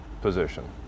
position